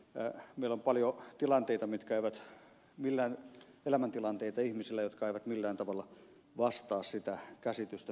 ihmisillä on paljon elämäntilanteita jotka eivät millään tavalla vastaa sitä käsitystä mikä työelämästä on